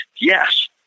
yes